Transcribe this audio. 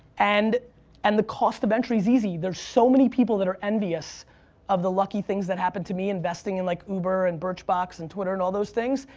and and the cost of entry's easy. there's so many people that are envious of the lucky things that happen to me investing in like uber and birchbox and twitter and all those things,